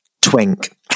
Twink